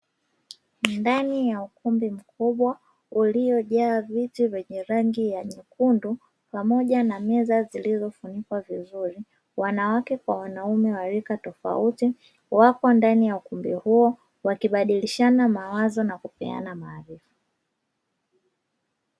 Ndani ya ukumbi mkubwa uliojaa viti vyenye rangi nyekundu pamoja na meza zilizofunikwa vizuri, wanawake kwa wanaume wa rika tofauti wapo ndani ya ukumbi huo wakibadilishana mawazo na kupeana maarifa.